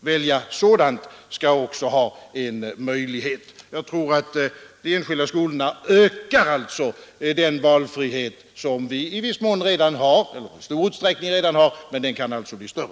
välja sådant skall också ha en möjlighet. Jag tror att de enskilda skolorna ökar den valfrihet som i stor utsträckning redan finns men som alltså kan bli större.